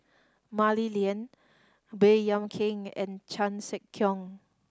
Mah Li Lian Baey Yam Keng and Chan Sek Keong